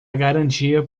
garantia